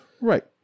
right